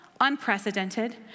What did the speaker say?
unprecedented